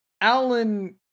Alan